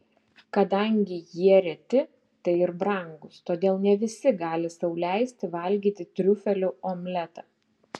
kadangi jie reti tai ir brangūs todėl ne visi gali sau leisti valgyti triufelių omletą